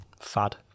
fad